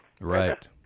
Right